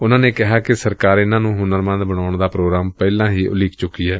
ਉਨਾਂ ਕਿਹਾ ਕਿ ਸਰਕਾਰ ਇਨਾਂ ਨੂੰ ਹੁਨਰਮੰਦ ਬਣਾਉਣ ਦਾ ਪ੍ਰੋਗਰਾਮ ਪਹਿਲਾਂ ਹੀ ਬਣਾ ਚੁੱਕੀ ਏ